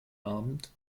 abend